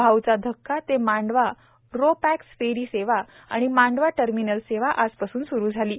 भाऊचा धक्का ते Mandwa ro pax ferry सेवा आणि मांडवा टर्मिनल सेवा आजपासून सुरू झाली आहे